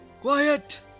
Quiet